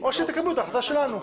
או שתקבלו את ההחלטה שלנו.